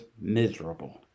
miserable